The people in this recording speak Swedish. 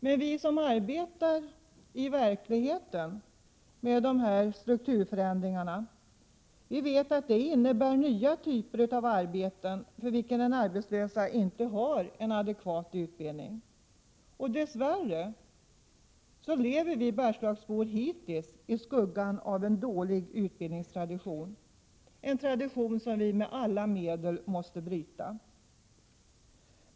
Men vi som arbetar i verkligheten med dessa strukturförändringar vet att det innebär nya typer av arbeten, för vilka den arbetslöse inte har en adekvat utbildning. Dess värre har vi bergslagsbor hittills levat i skuggan av en dålig utbildningstradition som vi med alla medel måste bryta.